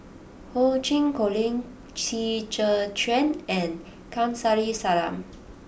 Ho Ching Colin Qi Zhe Quan and Kamsari Salam